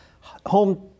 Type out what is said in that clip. home